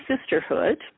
Sisterhood